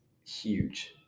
huge